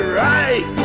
right